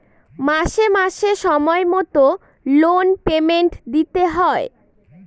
মাসে মাসে সময় মতো লোন পেমেন্ট দিতে হয়